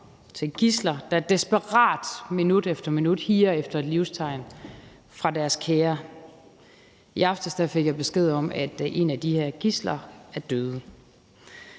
til gidsler, der desperat og minut efter minut higer efter et livstegn fra deres kære. I aftes fik jeg besked om, at et af de her gidsler var død.